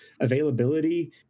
availability